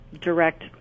direct